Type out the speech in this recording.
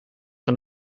van